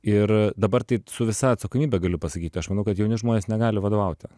ir dabar tai su visa atsakomybe galiu pasakyti aš manau kad jauni žmonės negali vadovauti